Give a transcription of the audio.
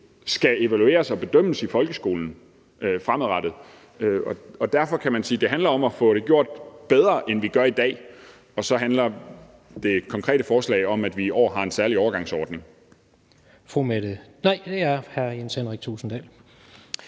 skal evalueres og bedømmes i folkeskolen fremadrettet, og derfor kan man sige, at det handler om at få det gjort bedre, end vi gør i dag. Og så handler det konkrete forslag om, at vi i år har en særlig overgangsordning.